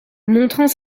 montrant